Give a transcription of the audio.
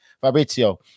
Fabrizio